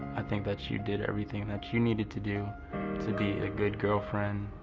i think that you did everything that you needed to do to be a good girlfriend.